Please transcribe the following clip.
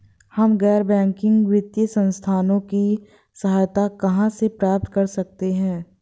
हम गैर बैंकिंग वित्तीय संस्थानों की सहायता कहाँ से प्राप्त कर सकते हैं?